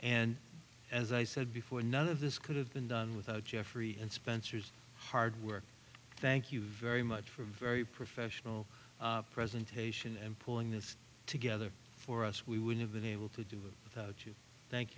and as i said before none of this could have been done without jeffrey and spencer's hard work thank you very much for a very professional presentation and pulling this together for us we would have been able to do it without you thank